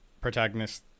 protagonist